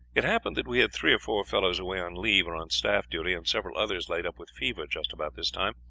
it happened that we had three or four fellows away on leave or on staff duty, and several others laid up with fever just about this time,